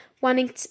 wanting